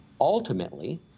ultimately